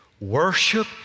Worship